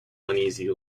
uneasy